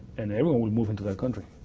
and everyone will move into that country,